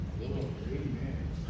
Amen